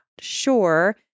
sure